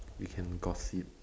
we can gossip